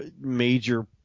major –